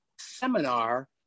seminar